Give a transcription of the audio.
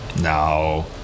No